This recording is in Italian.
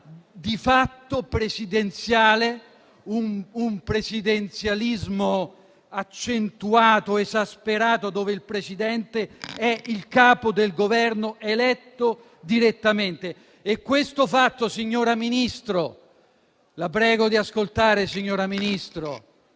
di fatto presidenziale, in un presidenzialismo accentuato, esasperato, dove il Presidente è il Capo del Governo eletto direttamente. Nessuno, nemmeno lei, signora Ministro - la prego di ascoltare - può negare